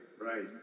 Right